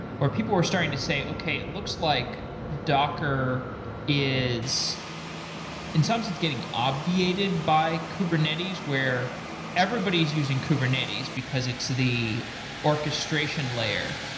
where people were starting to say, okay. it looks like docker is in some sense, it's getting obviated by kubernetes, where everybody is using kubernetes because it's the orchestration layer,